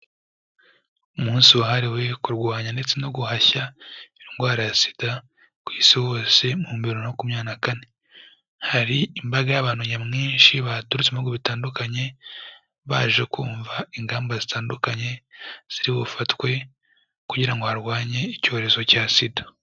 Umunsi wahariwe kurwanya ndetse no guhashya indwara ya SIDA ku isi hose mu bihumbi bibiri na makumyabiri na kane. Hari imbaga y'abantu nyamwinshi baturutse mu bihugu bitandukanye baje kumva ingamba zitandukanye ziri bufatwe kugira ngo barwanye icyorezo cya SIDA.